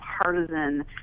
partisan